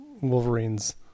Wolverine's